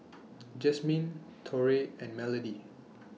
Jasmine Torey and Melodee